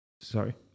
sorry